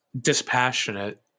dispassionate